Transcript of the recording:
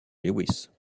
lewis